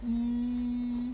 um